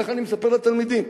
ככה אני מספר לתלמידים,